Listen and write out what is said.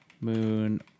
moon